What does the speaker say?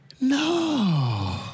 no